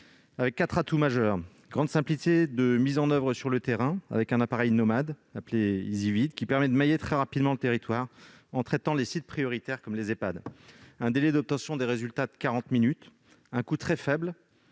quatre atouts majeurs : une grande simplicité de mise en oeuvre sur le terrain, grâce à un appareil nomade appelé « EasyVID », lequel permet de mailler très rapidement le territoire en traitant les sites prioritaires, comme les Ehpad ; un délai d'obtention des résultats de quarante minutes ; un coût très faible